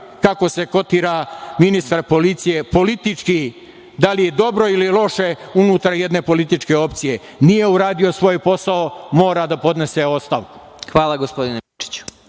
kako se kotira ministar policije politički, da li dobro ili loše, unutar jedne političke opcije. Nije uradio svoj posao, mora da podnese ostavku. **Vladimir